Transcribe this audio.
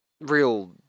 real